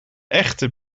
echte